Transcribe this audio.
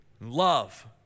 love